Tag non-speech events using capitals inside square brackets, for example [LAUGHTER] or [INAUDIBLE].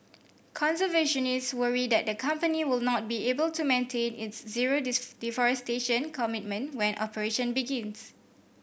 conservationist worry that the company will not be able to maintain its zero [UNINTELLIGIBLE] deforestation commitment when operation begins